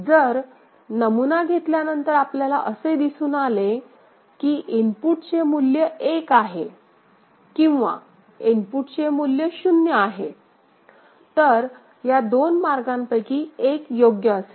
जर नमुना घेतल्यानंतर आपल्याला असे दिसून आले की इनपुटचे मूल्य 1 आहे किंवा इनपुटचे मूल्य 0 आहे तर या दोन मार्गांपैकी एक योग्य असेल